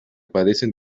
padecen